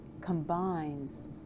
combines